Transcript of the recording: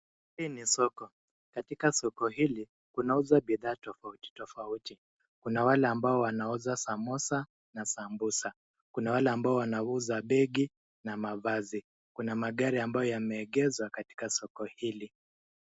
Hii ni soko. Katika soko hili kunauzwa bidhaa tofauti tofauti. Kuna wale ambao wanauza samosa na sambusa. Kuna wale ambao wanuza begi na mavazi. Kuna magari ambayo yameegezwa katika soko hili.